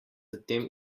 tem